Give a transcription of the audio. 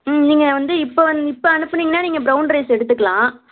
ம் நீங்கள் வந்து இப்போ வந் இப்போ அனுப்புனீங்கனால் நீங்கள் ப்ரௌன் ரைஸ் எடுத்துக்கலாம்